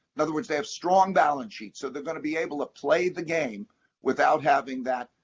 in other words, they have strong balance sheets so they're going to be able to play the game without having that.